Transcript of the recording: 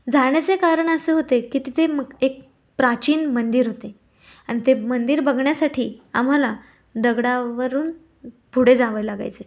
जाण्याचे कारण असे होते की तिथे म एक प्राचीन मंदिर होते आणि ते मंदिर बघण्यासाठी आम्हाला दगडावरून पुडे जावं लागायचे